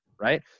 right